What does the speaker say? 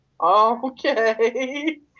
Okay